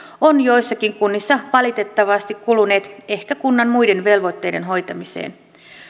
ovat joissakin kunnissa valitettavasti kuluneet ehkä kunnan muiden velvoitteiden hoitamiseen